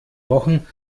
wochen